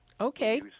Okay